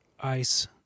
ice